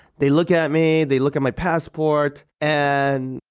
they look at me, they look at my passport and,